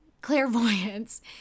clairvoyance